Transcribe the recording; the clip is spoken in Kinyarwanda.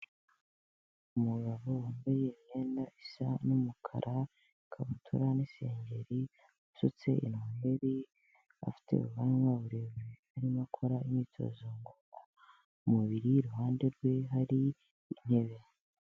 Umugabo wambaye imyenda isa n'umukara, ikabutura n'isengeri, usutse inweri, afite ubwanwa burebure. Arimo akora imyitozo ngorora umubiri, iruhande rwe hari intebe.